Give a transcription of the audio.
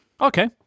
Okay